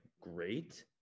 great